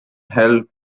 held